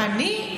אני?